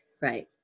Right